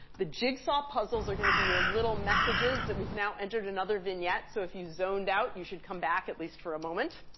the jigsaw puzzles are going to be your little messages that we've now entered another vignette. so if you zoned out, you should come back at least for a moment.